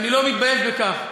ואני לא מתבייש בכך.